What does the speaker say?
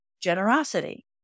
generosity